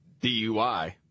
DUI